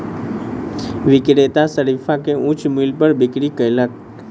विक्रेता शरीफा के उच्च मूल्य पर बिक्री कयलक